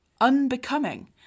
Unbecoming